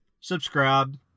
subscribe